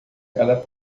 cada